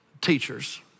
teachers